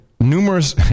numerous